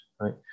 right